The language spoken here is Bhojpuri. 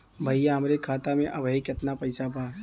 भईया हमरे खाता में अबहीं केतना पैसा बा?